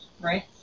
right